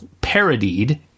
parodied